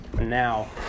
now